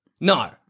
No